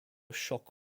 shock